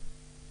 שלום